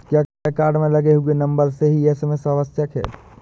क्या कार्ड में लगे हुए नंबर से ही एस.एम.एस आवश्यक है?